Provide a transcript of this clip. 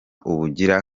ubugira